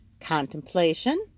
contemplation